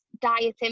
dieting